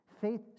Faith